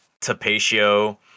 Tapatio